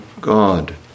God